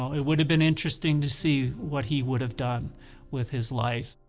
it would have been interesting to see what he would have done with his life.